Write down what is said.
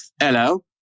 Hello